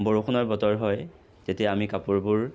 বৰষুণৰ বতৰ হয় তেতিয়া আমি কাপোৰবোৰ